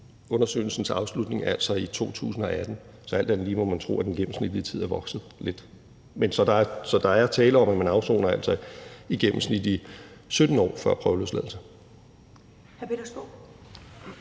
undersøgelsens afslutning, altså i 2018. Så alt andet lige må man tro, at den gennemsnitlige tid er steget lidt. Så der er tale om, at man altså i gennemsnit afsoner i 17 år før prøveløsladelse.